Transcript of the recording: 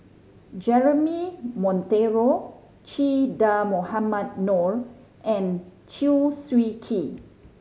Jeremy Monteiro Che Dah Mohamed Noor and Chew Swee Kee